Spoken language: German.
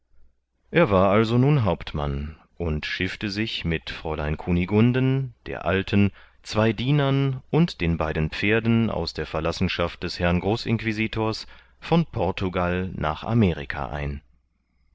er war also nun hauptmann und schiffte sich mit fräulein kunigunden der alten zwei dienern und den beiden pferden aus der verlassenschaft des herrn großinquisitors von portugal nach amerika ein